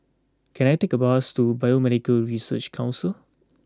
can I take a bus to Biomedical Research Council